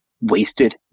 wasted